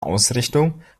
ausrichtung